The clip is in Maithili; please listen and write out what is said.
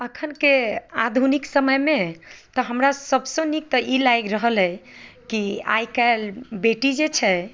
एखनके आधुनिक समयमे तऽ हमरा सभसँ नीक तऽ ई लागि रहल अहि कि आइ काल्हि बेटी जे छै